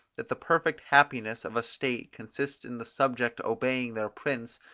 that the perfect happiness of a state consists in the subjects obeying their prince,